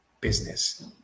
business